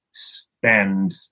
spend